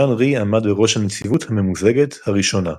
ז'אן ריי עמד בראש הנציבות הממוזגת הראשונה.